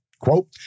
Quote